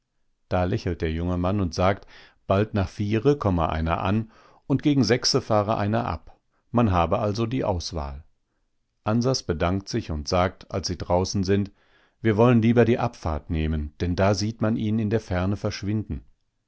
da lächelt der junge mann und sagt bald nach viere komme einer an und gegen sechse fahre einer ab man habe also die auswahl ansas bedankt sich und sagt als sie draußen sind wir wollen lieber die abfahrt nehmen denn da sieht man ihn in der ferne verschwinden